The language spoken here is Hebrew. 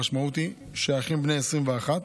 המשמעות היא שאחים בני 21,